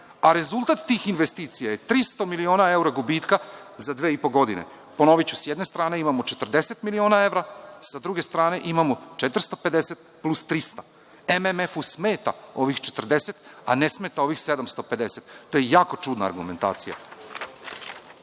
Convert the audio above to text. a rezultat tih investicija je 300 miliona evra gubitka za dve i po godine. Ponoviću, sa jedne strane imamo 40 miliona evra, a sa druge strane imamo 450 plus 300. MMF-u smeta ovih 40, a ne smeta ovih 750. To je jako čudna argumentacija.U